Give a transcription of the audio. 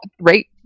right